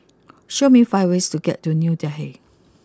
show me five ways to get to new Delhi